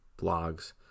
blogs